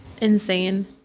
insane